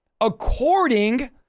according